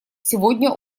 сегодня